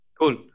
Cool